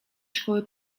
szkoły